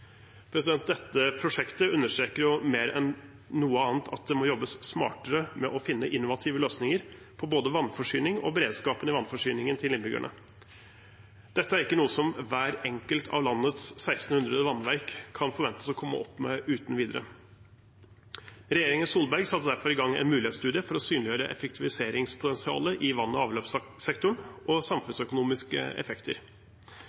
Dette prosjektet understreker mer enn noe annet at det må jobbes smartere med å finne innovative løsninger på både vannforsyning og beredskapen i vannforsyningen til innbyggerne. Dette er ikke noe som hvert enkelt av landets 1 600 vannverk kan forventes å komme opp med uten videre. Regjeringen Solberg satte derfor i gang en mulighetsstudie for å synliggjøre effektiviseringspotensialet i vann- og avløpssektoren og